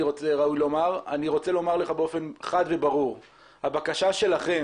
אני רוצה לומר לך באופן חד וברור שהבקשה שלהם